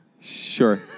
Sure